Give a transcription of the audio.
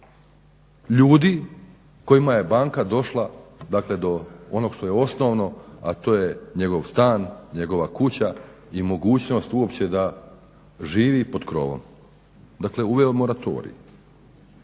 ljudi kojima je banka došla, dakle do onog što je osnovno, a to je njegov stan, njegova kuća i mogućnost uopće da živi pod krovom. Dakle uveo je moratorij.